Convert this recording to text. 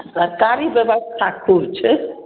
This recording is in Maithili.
सरकारी ब्यवस्था खूब छै